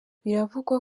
biravugwa